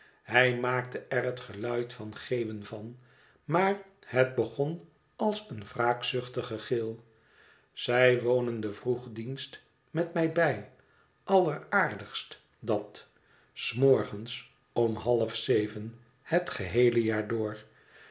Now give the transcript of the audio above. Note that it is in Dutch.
hij maakte er het geluid van geeuwen van maar het begon als een wraakzuchtige gil zij wonen den vroegdienst met mij bij alleraardigst dat s morgens om half zeven het geheele jaar door